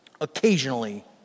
occasionally